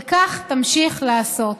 וכך תמשיך לעשות.